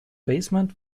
basement